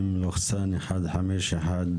מ/1513.